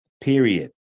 Period